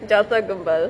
delta கும்பல்:gumbal